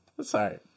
sorry